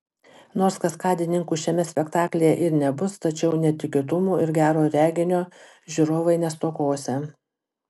nors kaskadininkų šiame spektaklyje ir nebus tačiau netikėtumų ir gero reginio žiūrovai nestokosią